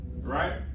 right